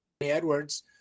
Edwards